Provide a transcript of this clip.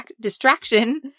distraction